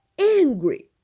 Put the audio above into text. angry